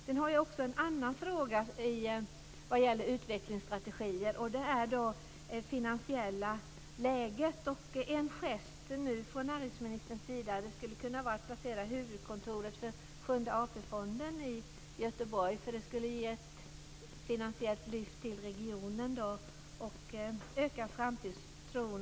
Sedan har jag också en annan fråga som gäller utvecklingsstrategier. Den handlar om det finansiella läget. En gest från näringsministern sida nu skulle kunna vara att placera huvudkontoret för sjunde AP fonden i Göteborg. Det skulle ge ett finansiellt lyft till regionen och öka framtidstron.